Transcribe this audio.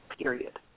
period